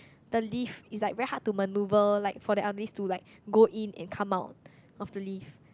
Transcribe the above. the lift is like very hard to manoeuvre like for the elderlies to like go in and come out of the lift